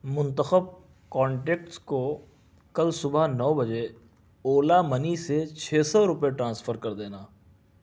منتخب کانٹیکٹس کو کل صبح نو بجے اولا منی سے چھ سو روپئے ٹرانسفر کر دینا